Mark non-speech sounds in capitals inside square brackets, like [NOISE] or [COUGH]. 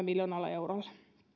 [UNINTELLIGIBLE] miljoonalla eurolla